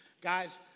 Guys